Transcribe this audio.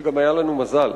שגם היה לנו מזל.